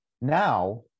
Now